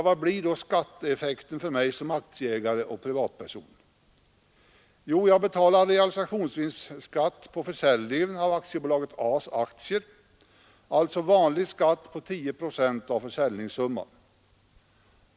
Vad blir då skatteeffekten för mig som aktieägare och privatperson? Jo, jag betalar realisationsvinstskatt på försäljningen av Aktiebolaget A:s aktier, alltså vanlig skatt på 10 procent av försäljningssumman.